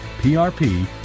PRP